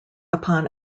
upon